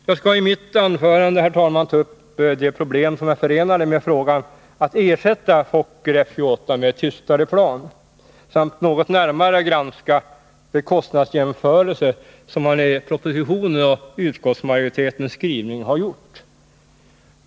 Jag skall i mitt anförande ta upp de problem som är förenade med frågan om att ersätta Fokker F 28 med ett tystare plan samt något närmare granska de kostnadsjämförelser som gjorts i propositionen och i utskottsmajoritetens skrivning.